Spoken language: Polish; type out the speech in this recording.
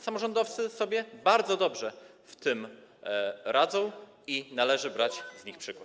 Samorządowcy sobie bardzo dobrze z tym radzą i należy brać z nich przykład.